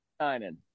shining